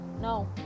no